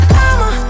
I'ma